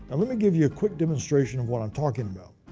and let me give you a quick demonstration of what i'm talking about.